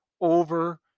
over